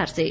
मुख्यमंत्री